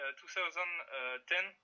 2010